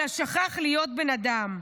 אלא שכח להיות בן אדם.